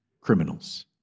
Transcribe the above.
criminals